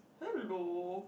hello